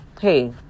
hey